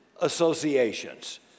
associations